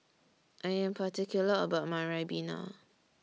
I Am particular about My Ribena